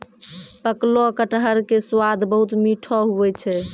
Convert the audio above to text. पकलो कटहर के स्वाद बहुत मीठो हुवै छै